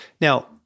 Now